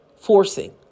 forcing